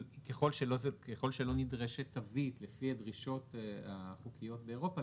ככל שלא נדרשת תווית לפי הדרישות החוקיות באירופה,